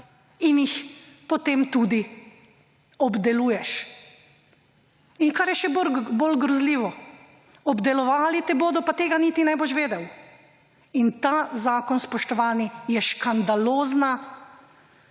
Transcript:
in jih potem tudi obdeluješ. In kar je še bolj grozljivo, obdelovali te bodo, pa tega niti ne boš vedel. In ta zakon, spoštovani, je škandalozna